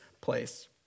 place